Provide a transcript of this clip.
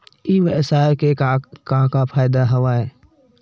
ई व्यवसाय के का का फ़ायदा हवय?